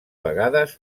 vegades